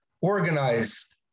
organized